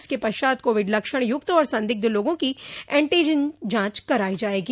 इसके पश्चात कोविड लक्षण युक्त और संदिग्ध लोगों की एंटीजन जांच कराई जायेगी